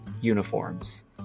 uniforms